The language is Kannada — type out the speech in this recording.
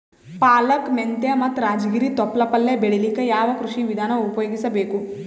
ಪಾಲಕ, ಮೆಂತ್ಯ ಮತ್ತ ರಾಜಗಿರಿ ತೊಪ್ಲ ಪಲ್ಯ ಬೆಳಿಲಿಕ ಯಾವ ಕೃಷಿ ವಿಧಾನ ಉಪಯೋಗಿಸಿ ಬೇಕು?